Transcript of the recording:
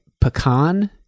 pecan